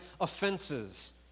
offenses